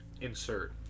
insert